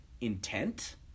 intent